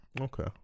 Okay